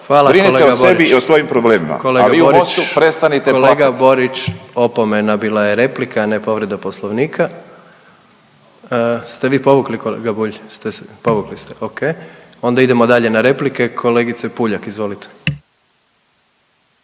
Sve ostalo brinite o sebi i svojim problemima. **Jandroković, Gordan (HDZ)** Kolega Borić opomena, bila je replika a ne povreda Poslovnika. Ste vi povukli kolega Bulj? Povukli ste. O.k. Onda idemo dalje na replike kolegice Puljak, izvolite.